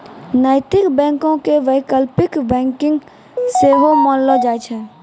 नैतिक बैंको के वैकल्पिक बैंकिंग सेहो मानलो जाय छै